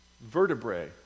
vertebrae